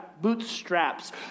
bootstraps